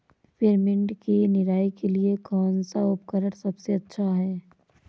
Peppermint की निराई के लिए कौन सा उपकरण सबसे अच्छा है?